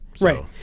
Right